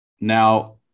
now